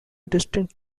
distinct